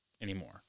anymore